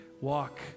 walk